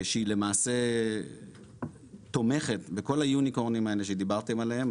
שהיא למעשה תומכת בכל היוניקורנים האלה שדיברתם עליהם,